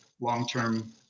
long-term